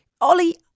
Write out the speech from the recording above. Ollie